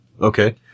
Okay